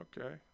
Okay